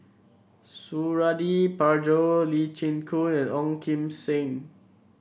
Suradi Parjo Lee Chin Koon and Ong Kim Seng